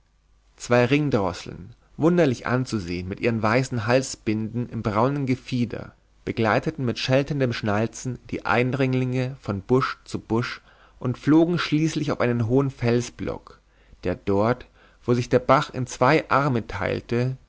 zwei ringdrosseln wunderlich anzusehen mit ihren weißen halsbinden im braunen gefieder begleiteten mit scheltendem schnalzen die eindringlinge von busch zu busch und flogen schließlich auf einen hohen felsblock der dort wo sich der bach in zwei arme teilte